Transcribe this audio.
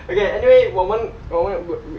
okay anyway 我们我们